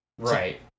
Right